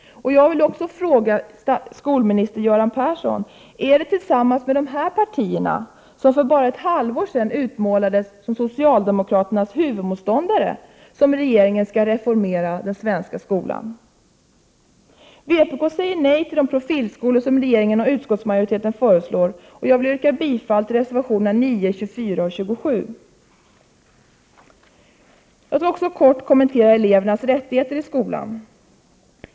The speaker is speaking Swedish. Jag vill fråga skolminister Göran Persson: Är det tillsammans med dessa partier, som bara för ett halvår sedan utmålades som socialdemokraternas huvudmotståndare, som regeringen skall reformera den svenska skolan? Vpk säger nej till de profilskolor som regeringen och utskottsmajoriteten föreslår, och jag vill yrka bifall till reservationerna 9, 24 och 27. Jag skall kort kommentera elevernas rättigheter i skolan.